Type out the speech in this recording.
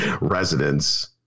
residents